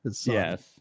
Yes